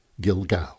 Gilgal